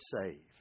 save